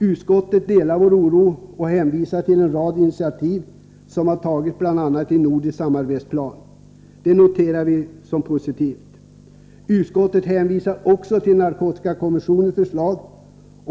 Utskottet delar vår oro och hänvisar till en rad initiativ som tagits, bl.a. till en nordisk samarbetsplan. Det noterar vi som positivt. Utskottet hänvisar också till narkotikakommissionens förslag.